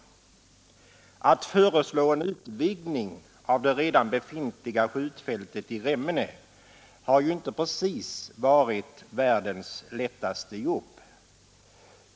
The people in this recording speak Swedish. Att föreslå en utvidgning av det redan befintliga skjutfältet i Remmene har inte precis varit världens lättaste jobb.